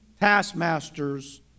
taskmasters